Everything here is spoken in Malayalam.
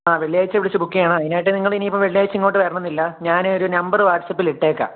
ആ വെള്ളിയാഴ്ച വിളിച്ച് ബുക്ക് ചെയ്യണം അതിനായിട്ട് നിങ്ങള് ഇനിയിപ്പം വെള്ളിയാഴ്ച ഇങ്ങോട്ട് വരണമെന്നില്ല ഞാനൊരു നമ്പര് വാട്സപ്പിലിട്ടേക്കാം